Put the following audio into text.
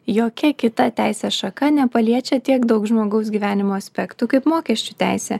jokia kita teisės šaka nepaliečia tiek daug žmogaus gyvenimo aspektų kaip mokesčių teisę